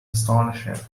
astonishing